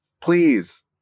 please